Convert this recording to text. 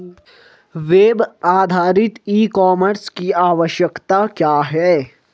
Web आधारित e commerce की आवश्यकता क्या है?